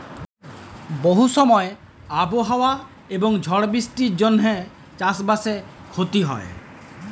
বহু সময় আবহাওয়া এবং ঝড় বৃষ্টির জনহে চাস বাসে ক্ষতি হয়